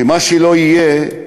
שמה שלא יהיה,